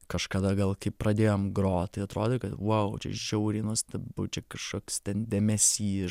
kažkada gal kai pradėjom grot tai atrodė kad vau čia žiauriai nuostabu čia kažkoks ten dėmesys